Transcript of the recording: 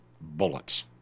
Bullets